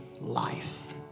life